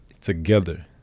Together